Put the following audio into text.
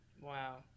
Wow